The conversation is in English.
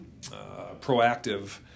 proactive